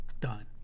done